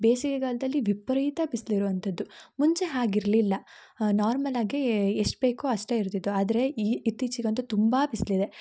ಬೇಸಿಗೆಗಾಲದಲ್ಲಿ ವಿಪರೀತ ಬಿಸ್ಲು ಇರುವಂಥದ್ದು ಮುಂಚೆ ಹಾಗಿರಲಿಲ್ಲ ನಾರ್ಮಲಾಗೆ ಎಷ್ಟು ಬೇಕೊ ಅಷ್ಟೇ ಇರ್ತಿತ್ತು ಆದರೆ ಇತ್ತೀಚೆಗಂತೂ ತುಂಬ ಬಿಸ್ಲು ಇದೆ